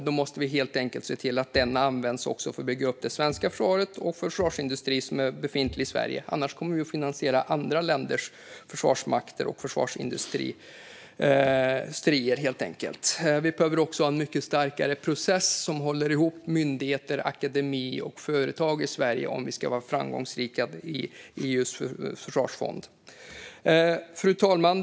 Då måste vi helt enkelt se till att den används även för att bygga upp det svenska försvaret och försvarsindustrin som är befintlig i Sverige. Annars kommer vi att finansiera andra länders försvarsmakter och försvarsindustrier. Vi behöver också ha en mycket starkare process som håller ihop myndigheter, akademi och företag i Sverige om vi ska vara framgångsrika i EU:s försvarsfond. Fru talman!